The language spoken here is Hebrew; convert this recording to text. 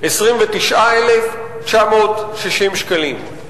29,960 שקלים.